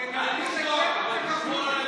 תדברו נגדנו, תקבלו.